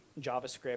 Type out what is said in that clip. javascript